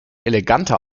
eleganter